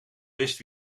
wist